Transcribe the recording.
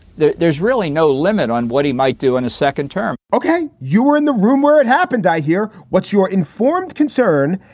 there's really no limit on what he might do in a second term ok. you were in the room where it happened, i hear. what's your informed concern,